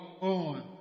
on